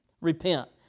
Repent